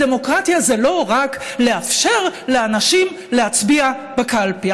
דמוקרטיה זה לא רק לאפשר לאנשים להצביע בקלפי.